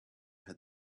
had